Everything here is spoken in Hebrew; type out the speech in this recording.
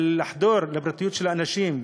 אבל לחדור לפרטיות של אנשים?